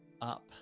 up